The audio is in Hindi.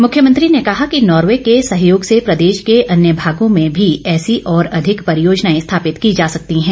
मुख्यमंत्री ने कहा कि नार्वे के सहयोग से प्रदेश के अन्य भागों में भी ऐसी और अधिक परियोजनाएं स्थापित की जा सेकती है